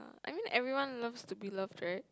I mean everyone loves to be loved right